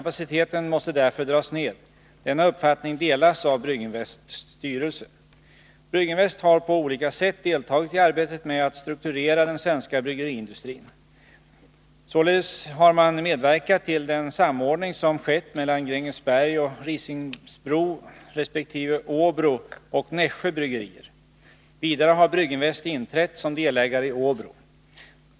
Kapaciteten måste därför dras ned. Denna uppfattning delas av Brygginvests styrelse. Brygginvest har på olika sätt deltagit i arbetet med att strukturera den svenska bryggeriindustrin. Således har man medverkat till den samordning som skett mellan Grängesberg och Risingsbo resp. Åbro och Nässjö bryggerier. Vidare har Brygginvest inträtt som delägare i Åbro.